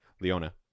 leona